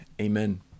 Amen